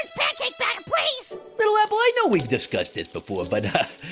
pancake batter, please. little apple, i know we've discussed this before but ah,